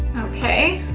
okay.